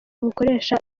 bukoresha